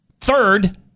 Third